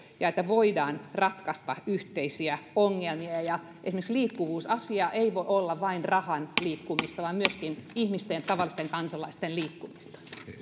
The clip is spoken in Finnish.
ja että voidaan ratkaista yhteisiä ongelmia esimerkiksi liikkuvuusasia ei voi olla vain rahan liikkumista vaan myöskin ihmisten tavallisten kansalaisten liikkumista